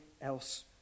else